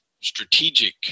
strategic